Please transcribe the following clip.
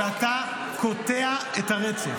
ואתה קוטע את הרצף.